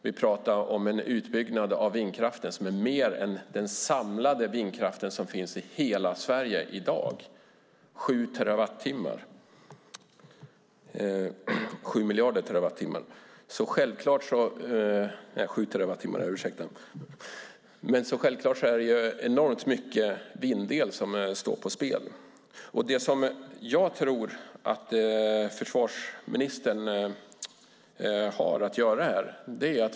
Vi pratar om en utbyggnad av vindkraften som är mer än den samlade vindkraft som finns i hela Sverige i dag, sju terawattimmar. Självklart är det enormt mycket vindel som står på spel. Jag tror att försvarsministern har något att göra här.